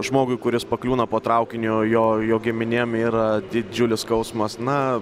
žmogui kuris pakliūna po traukiniu jo jo giminėm yra didžiulis skausmas na